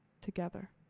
together